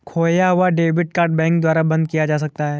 खोया हुआ debit card bank के द्वारा बंद किया जा सकता है